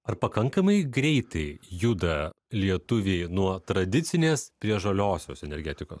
ar pakankamai greitai juda lietuviai nuo tradicinės prie žaliosios energetikos